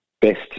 best